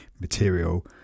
material